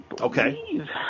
okay